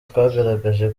twagaragaje